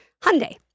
Hyundai